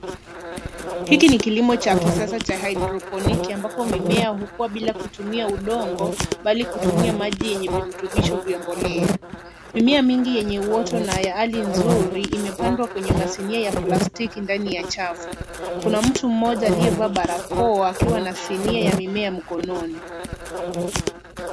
Hiki ni kilimo cha kisasa cha haidroponiki ambapo mimea hukua bila kutumia udongo bali kutumia maji yenye virutubisho vya mbolea. Mimea mingi yenye uoto na hali nzuri imepandwa kwenye masinia ya plastiki ndani ya chafu. Kuna mtu mmoja aliyevaa barakoa akiwa na sinia ya mimea mkononi.